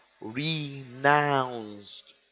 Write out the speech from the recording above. renounced